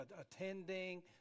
attending